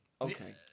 Okay